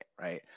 right